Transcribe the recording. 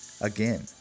Again